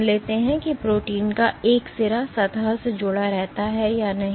मान लेते हैं कि प्रोटीन का एक सिरा सतह से जुड़ा रहता है या नहीं